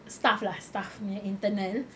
staff lah staff punya internal